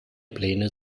pläne